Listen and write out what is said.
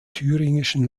thüringischen